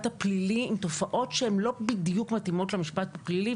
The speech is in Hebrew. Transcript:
הפלילי עם תופעות שלא בדיוק מתאימות למשפט הפלילי.